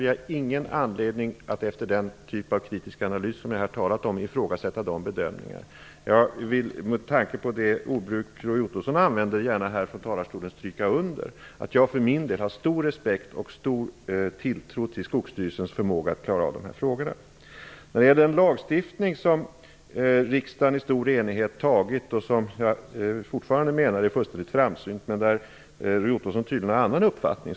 Vi har ingen anledning att efter den typ av kritisk analys som jag här talat om ifrågasätta den bedömningen. Med tanke på Roy Ottossons ordbruk vill jag från talarstolen stryka under att jag för min del har stor respekt för och stor tilltro till Skogsstyrelsens förmåga att klara av dessa frågor. Den lagstiftning som riksdagen i stor enighet antagit tycker jag fortfarande är framsynt. Roy Ottosson har där tydligen en annan uppfattning.